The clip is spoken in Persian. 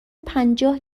پنجاه